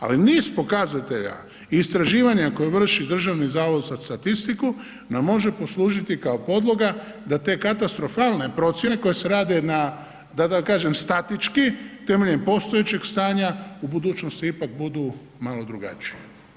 Ali niz pokazatelja i istraživanja koja vrši Državni zavod za statistiku nam može poslužiti kao podloga da te katastrofalne procijene koje se rade na, da kažem statistički, temeljem postojećeg stanja, u budućnosti ipak budu malo drugačiji.